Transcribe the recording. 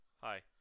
Hi